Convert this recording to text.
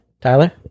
Tyler